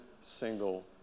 single